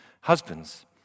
Husbands